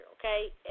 okay